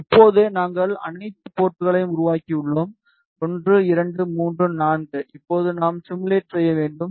இப்போது நாங்கள் அனைத்து போர்ட்களையும் உருவாக்கியுள்ளோம் 1 2 3 4 இப்போது நாம் சிமுலேட் செய்ய வேண்டும்